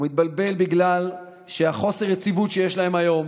הוא מתבלבל בגלל שחוסר היציבות שיש להם היום